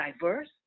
diverse